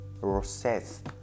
process